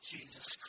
Jesus